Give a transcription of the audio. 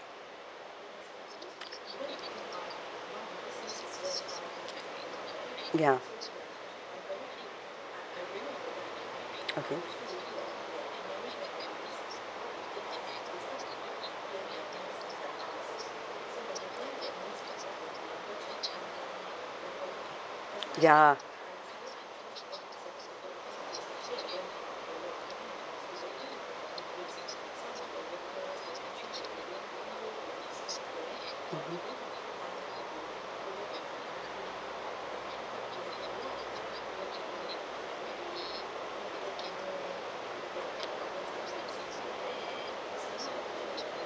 ya ya